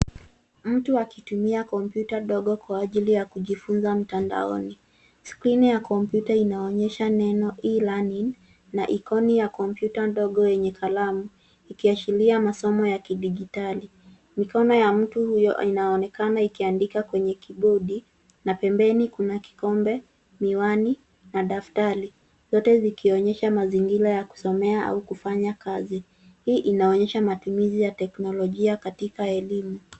Mtu akitumia kopyuta dogo kwa ajili ya kujifunza mtandaoni, skrini ya kopyuta inaonyesha neno E-Learning na ikoni ya kopyuta dogo yenye kalamu ikiashiria masomo ya kididjitali. Mikono ya mtu huyo inaonekana ikiandika kwenye kibodi na pembeni kuna kikombe, miwani na daftari, zote zikionyesha mazingira ya kusomea au kufanya kazi. Hii inaonyesha matumizi ya teknolojia katika elimu.